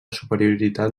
superioritat